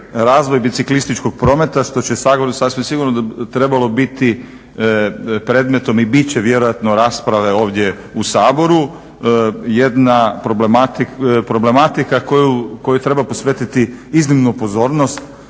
razvoj biciklističkog prometa što će sad govorim sasvim sigurno trebalo biti predmetom i bit će vjerojatno rasprave ovdje u Saboru. Jedna problematika kojoj treba posvetiti iznimnu pozornost